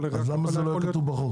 יכול להיות רק הפעלה,